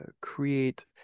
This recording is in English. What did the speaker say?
create